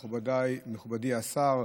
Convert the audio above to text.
מכובדיי, מכובדי השר,